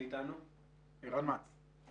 מה האמצעים שיש לה.